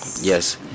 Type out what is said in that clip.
yes